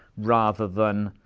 rather than